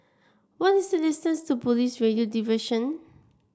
why is the distance to Police Radio Division